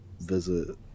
visit